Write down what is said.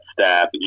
staff